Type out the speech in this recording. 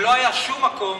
ולא היה שום מקום